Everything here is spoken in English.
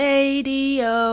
Radio